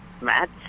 match